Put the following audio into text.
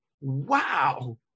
wow